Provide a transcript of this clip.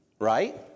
right